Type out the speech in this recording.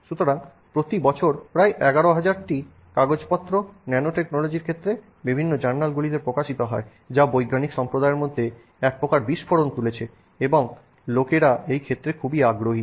সুতরাং প্রতি বছর প্রায় 11000 টি কাগজপত্র যা ন্যানোটেকনোলজির ক্ষেত্রে বিভিন্ন জার্নালগুলিতে প্রকাশিত হয় যা বৈজ্ঞানিক সম্প্রদায়ের মধ্যে এক প্রকার বিস্ফোরণ তুলেছে এবং লোকেরা এই ক্ষেত্রে খুবই আগ্রহী